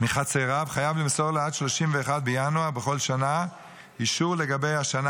מחצריו חייב למסור לו עד 31 בינואר בכל שנה אישור לגבי השנה